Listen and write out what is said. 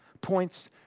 points